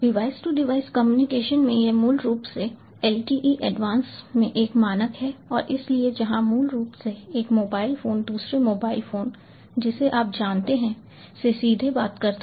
device to device communication में यह मूल रूप से LTE एडवांस में एक मानक है और इसलिए जहां मूल रूप से एक मोबाइल फोन दूसरे मोबाइल फोन जिसे आप जानते हैं से सीधे बात करता है